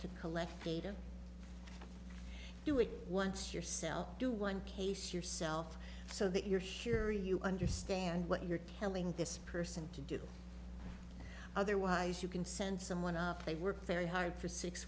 to collect data do it once yourself do one pace yourself so that you're sure you understand what you're telling this person to do otherwise you can send someone up they work very hard for six